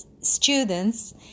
students